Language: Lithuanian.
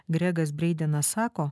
gregas breidenas sako